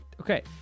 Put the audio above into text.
okay